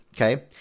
okay